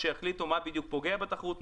שיחליטו מה בדיוק פוגע בתחרות,